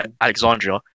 Alexandria